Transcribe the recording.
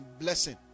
blessing